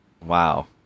Wow